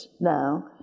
now